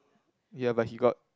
ya but he got